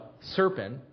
serpent